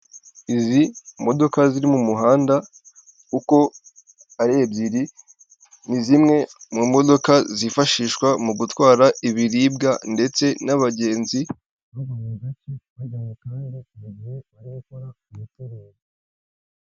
Izi modoka ziri mu muhanda uko ari ebyiri, ni zimwe mu modoka zifashishwa mu gutwara ibiribwa ndetse n'abagenzi